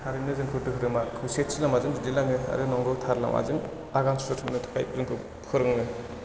थारैनो जोंखौ धोरोमा खौसेथि लामाजों दैदेनलाङो आरो नंगौ थार लामाजों आगान सुरनो थाखाय जोंखौ फोरोङो